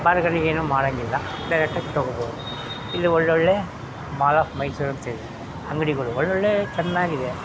ಏನೂ ಮಾಡೋಂಗಿಲ್ಲ ಡೈರೆಕ್ಟಾಗಿ ತಗೊಳ್ಬೋದು ಇಲ್ಲಿ ಒಳ್ಳೊಳ್ಳೆ ಮಾಲ್ ಆಫ್ ಮೈಸೂರು ಅಂತ ಸಿಗುತ್ತೆ ಅಂಗಡಿಗಳು ಒಳ್ಳೊಳ್ಳೆ ಚೆನ್ನಾಗಿದೆ